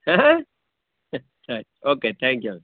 ಹಾಂ ಹಾಂ ಆಯ್ತು ಓಕೆ ತ್ಯಾಂಕ್ ಯು